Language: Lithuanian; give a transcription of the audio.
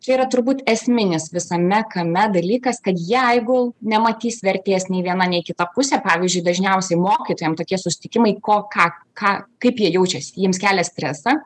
čia yra turbūt esminis visame kame dalykas kad jeigu nematys vertės nei viena nei kita pusė pavyzdžiui dažniausiai mokytojam tokie susitikimai ko ką ką kaip jie jaučiasi jiems kelia stresą